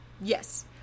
Yes